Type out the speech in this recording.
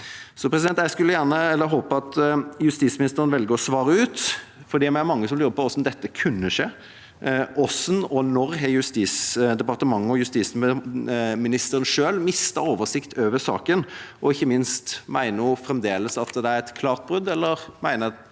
rutiner. Så jeg håper at justisministeren velger å svare ut, for vi er mange som lurer på hvordan dette kunne skje. Hvordan og når har Justisdepartementet og justisministeren selv mistet oversikt over saken? Og ikke minst: Mener hun fremdeles at det er et «klart brudd» på lover og